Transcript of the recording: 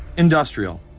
industrial.